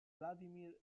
vladimir